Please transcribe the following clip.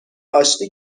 آشتی